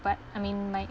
but I mean like